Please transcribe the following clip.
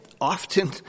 often